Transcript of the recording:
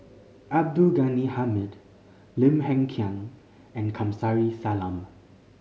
Abdul Ghani Hamid Lim Hng Kiang and Kamsari Salam